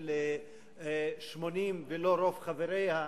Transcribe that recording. של 80 ולא רוב חבריה,